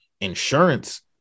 insurance